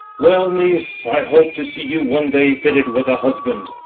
well, niece, i hope to see you one day fitted with a husband.